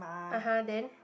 (uh huh) then